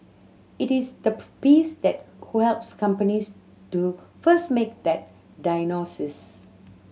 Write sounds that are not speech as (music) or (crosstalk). it is the (unintelligible) piece that helps companies to first make that diagnosis